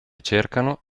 cercano